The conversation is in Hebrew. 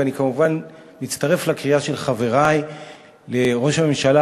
ואני כמובן מצטרף לקריאה של חברי לראש הממשלה